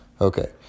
Okay